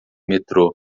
metrô